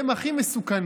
הם הכי מסוכנים,